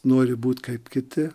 nori būt kaip kiti